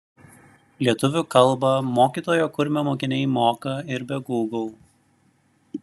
lietuvių kalbą mokytojo kurmio mokiniai moka ir be gūgl